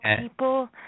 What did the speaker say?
people